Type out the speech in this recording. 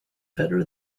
better